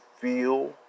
feel